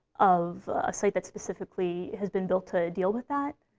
of a site that specifically has been built to deal with that.